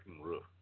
roof